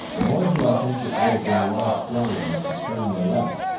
nor do i think it would have been wise strategy to turn their left,